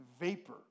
vapor